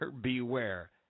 beware